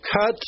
cut